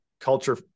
culture